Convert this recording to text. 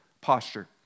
posture